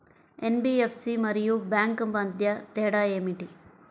NBFC మరియు bank మధ్య తేడా ఏమిటి?